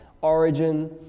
origin